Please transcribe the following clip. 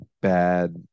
bad